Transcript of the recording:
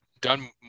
done